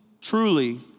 truly